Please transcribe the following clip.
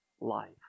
life